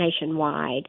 nationwide